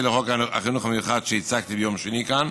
לחוק החינוך המיוחד שהצגתי ביום שני כאן.